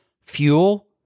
fuel